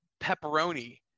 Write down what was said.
pepperoni